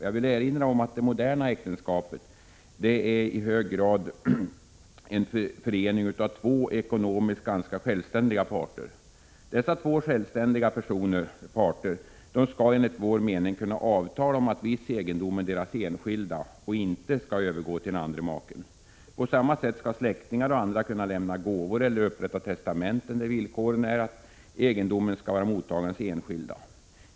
Jag vill erinra om att det moderna äktenskapet i hög grad är en förening av två ekonomiskt ganska självständiga personer. Dessa två självständiga parter skall enligt vår mening kunna avtala om att viss egendom är deras enskilda och inte skall övergå till den andra maken. På motsvarande sätt skall släktingar och andra kunna lämna gåvor eller upprätta testamenten där villkoren är att egendomen skall vara mottagarens enskilda.